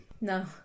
No